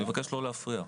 אני מבקש לא להפריע.